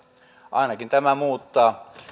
ainakin tämä muuttaa